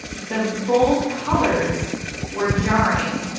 the bold colors were jarring.